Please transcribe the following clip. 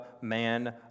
man